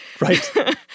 Right